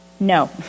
No